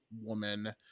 woman